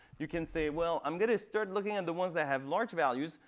you can say, well, i'm going to start looking at the ones that have large values.